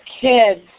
kids